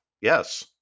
yes